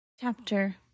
Chapter